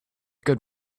good